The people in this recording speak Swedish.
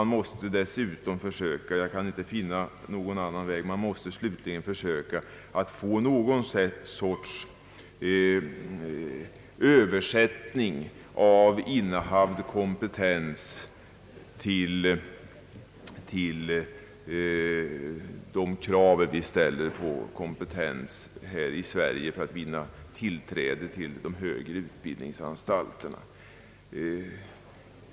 Vi måste dessutom — jag kan inte finna annat — försöka åstadkomma något slags översättning av innehavd utländsk kompetens till de normer som gäller här i Sverige för tillträde till de högre utbildningsanstalterna.